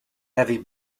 heavy